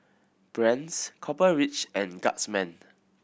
Brand's Copper Ridge and Guardsman